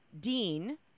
Dean